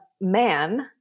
man